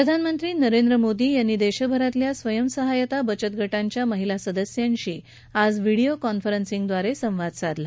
प्रधानमंत्री नरेंद्र मोदी यांनी देशभरातील स्वयंसहायता बचत गटांच्या महिला सदस्यांशी आज व्हिडिओ कॉन्फरन्सिंग द्वारे संवाद साधला